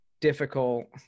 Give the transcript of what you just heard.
difficult